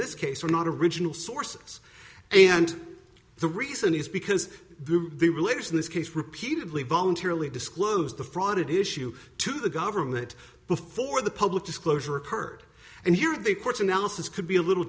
this case were not original sources and the reason is because the religious in this case repeatedly voluntarily disclose the fraud it issue to the government before the public disclosure occurred and here the courts analysis could be a little